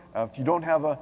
if you don't have ah